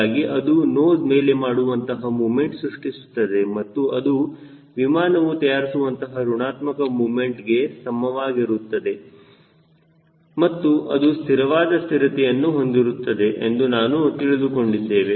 ಹೀಗಾಗಿ ಅದು ನೋಸ್ ಮೇಲೆ ಮಾಡುವಂತಹ ಮುಮೆಂಟ್ ಸೃಷ್ಟಿಸುತ್ತದೆ ಮತ್ತು ಅದು ವಿಮಾನವು ತಯಾರಿಸುವಂತಹ ಋಣಾತ್ಮಕ ಮುಮೆಂಟ್ಗೆ ಸಮಾನವಾಗಿರುತ್ತದೆ ಮತ್ತು ಅದು ಸ್ಥಿರವಾದ ಸ್ಥಿರತೆಯನ್ನು ಹೊಂದಿರುತ್ತದೆ ಎಂದು ನಾವು ತಿಳಿದುಕೊಂಡಿದ್ದೇವೆ